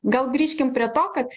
gal grįžkim prie to kad